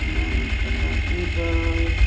പിന്നെ വന്നിട്ടിപ്പം എന്താണ് ഇനി ഇപ്പോൾ